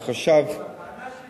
החשב, הטענה של